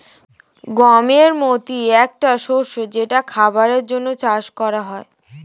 গমের মতি একটা শস্য যেটা খাবারের জন্যে চাষ করা হয়